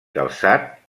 calçat